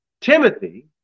Timothy